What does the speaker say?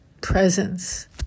Presence